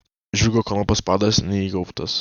žirgo kanopos padas neįgaubtas